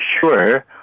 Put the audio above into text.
sure